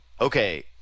okay